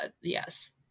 yes